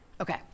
Okay